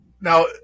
now